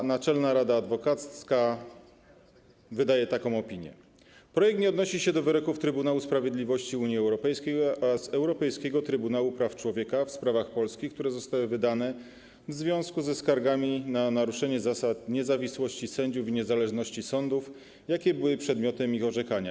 W tej opinii czytamy: Projekt nie odnosi się do wyroków Trybunału Sprawiedliwości Unii Europejskiej oraz Europejskiego Trybunału Praw Człowieka w sprawach polskich, które zostały wydane w związku ze skargami na naruszenie zasad niezawisłości sędziów i niezależności sądów, jakie były przedmiotem ich orzekania.